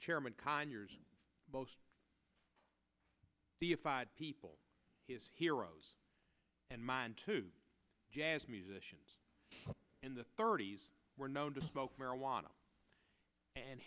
chairman conyers the fired people his heroes and mine to jazz musicians in the thirty's were known to smoke marijuana and